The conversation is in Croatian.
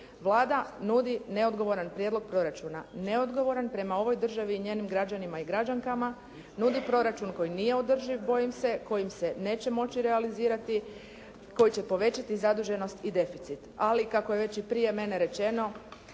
Vlada nudi neodgovoran prijedlog proračuna, neodgovoran prema ovoj državi i njenim građanima i građankama nudi proračun koji nije održiv, bojim se, kojim se neće moći realizirati, koji će povećati zaduženost i deficit. Ali, kako je već i prije mene rečeno,